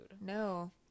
No